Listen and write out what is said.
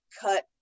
cut